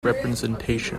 representation